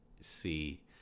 see